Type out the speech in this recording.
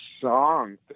song